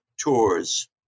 tours